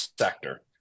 sector